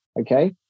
okay